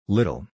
Little